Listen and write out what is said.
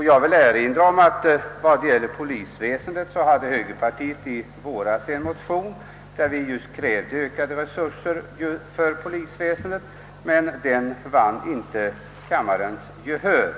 Jag vill erinra om att högerpartiet i våras väckte en motion, där vi krävde ökade resurser för polisväsendet, men den motionen vann inte kammarens gehör.